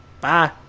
Bye